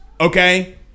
okay